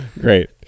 Great